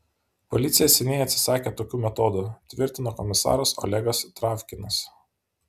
policija seniai atsisakė tokių metodų tvirtino komisaras olegas travkinas